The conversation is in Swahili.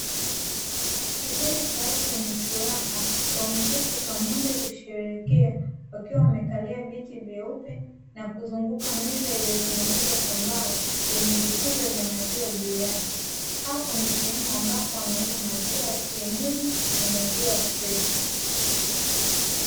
Kikundi cha watu wenye furaha wameketi pamoja kusheherekea, wakiwa wamekalia viti vyeupe na kuzunguka meza iliyotengenezwa kwa mbao yenye vikombe vya maziwa juu yake, hapo ni sehemu ambapo wanauza maziwa ya kienyeji na maziwa freshi.